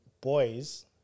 boys